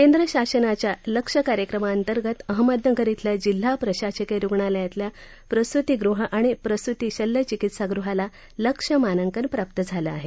केंद्र शासनाच्या लक्ष्य कार्यक्रमांतर्गत अहमदनगर इथल्या जिल्हा शासकीय रुग्णालयातल्या प्रसुतिगृह आणि प्रसुतीशल्य चिकित्सा गृहाला लक्ष्य मानांकन प्राप्त झालं आहे